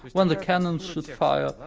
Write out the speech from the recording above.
when the cannons should fire,